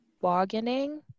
bargaining